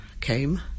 came